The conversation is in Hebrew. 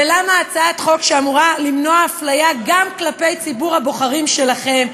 ולמה הצעת החוק שאמורה למנוע אפליה גם כלפי ציבור הבוחרים שלכם,